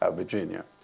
ah virginia.